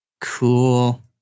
Cool